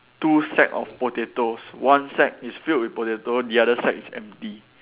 two sack of potatoes one sack is filled with potato the other sack is empty